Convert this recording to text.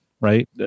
right